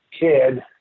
kid